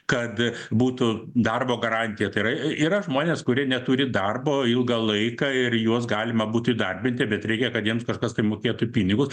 kad būtų darbo garantija tai yra y yra žmonės kurie neturi darbo ilgą laiką ir juos galima būtų įdarbinti bet reikia kad jiems kažkas tai mokėtų pinigus